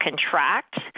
contract